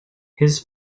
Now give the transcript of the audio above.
his